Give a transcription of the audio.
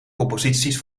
composities